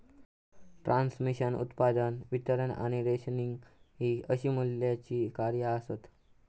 transmission, उत्पादन, वितरण आणि रेशनिंग हि अशी मूल्याची कार्या आसत